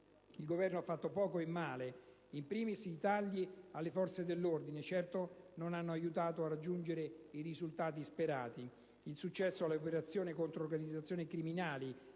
Il Governo ha fatto poco e male. *In primis* ci sono stati tagli alle forze dell'ordine che certo non hanno aiutato a raggiungere i risultati sperati. Il successo delle operazioni contro le organizzazioni criminali